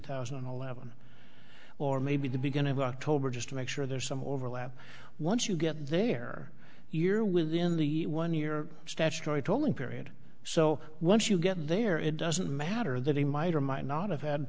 thousand and eleven or maybe the beginning of october just to make sure there's some overlap once you get there year within the one year statutory tolling period so once you get there it doesn't matter that he might or might not have had